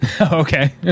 Okay